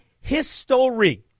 history